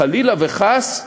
חלילה וחס,